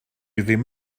ddim